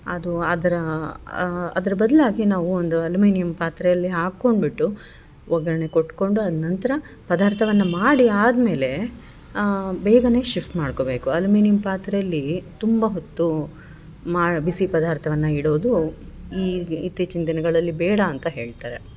ಅದು ಅದ್ರಾ ಅದ್ರ ಬದಲಾಗಿ ನಾವು ಒಂದು ಅಲ್ಯುಮೀನಿಯಂ ಪಾತ್ರೆಯಲ್ಲಿ ಹಾಕೊಂಡ್ಬಿಟ್ಟು ಒಗ್ಗರಣೆ ಕೊಟ್ಕೊಂಡು ಅದ ನಂತರ ಪದಾರ್ಥವನ್ನ ಮಾಡಿ ಆದ್ಮೇಲೆ ಬೇಗನೆ ಶಿಫ್ಟ್ ಮಾಡ್ಕೊಬೇಕು ಅಲ್ಯುಮೀನಿಯಂ ಪಾತ್ರೇಲಿ ತುಂಬ ಹೊತ್ತು ಮಾ ಬಿಸಿ ಪದಾರ್ಥವನ್ನ ಇಡೋದು ಈಗ ಇತ್ತೀಚಿನ ದಿನಗಳಲ್ಲಿ ಬೇಡ ಅಂತ ಹೇಳ್ತಾರೆ